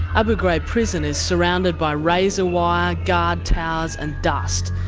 abu ghraib prison is surrounded by razor wire, guard towers and dust.